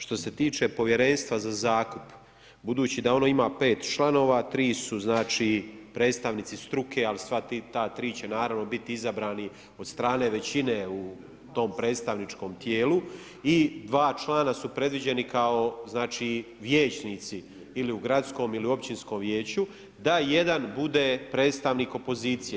Što se tiče Povjerenstva za zakup, budući da ono ima pet članova tri su znači predstavnici struke, a sva ta tri će naravno biti izabrani od strane većine u tom predstavničkom tijelu i dva člana su predviđeni kao znači vijećnici, ili u gradskom ili općinskom vijeću, da jedan bude predstavnik opozicije.